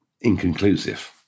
inconclusive